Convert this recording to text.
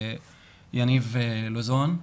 יניב לוזון.